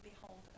behold